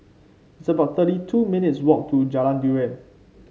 it's about thirty two minutes' walk to Jalan Durian